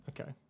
Okay